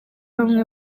bamwe